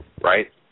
Right